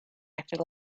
acted